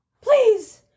please